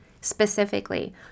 specifically